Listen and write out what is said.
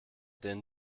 denen